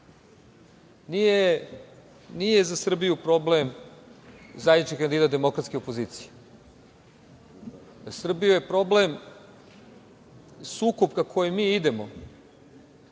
Nije za Srbiju problem zajednički kandidat demokratske opozicije. Za Srbiju je problem sukob ka kome mi idemo